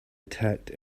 attacked